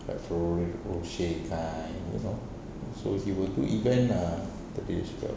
like Ferrero Rocher kind you know so he would do event lah tadi dia cakap